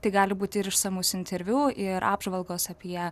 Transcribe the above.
tai gali būti ir išsamus interviu ir apžvalgos apie